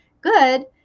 good